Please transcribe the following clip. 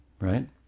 right